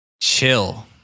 Chill